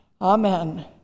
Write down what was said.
Amen